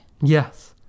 Yes